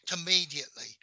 immediately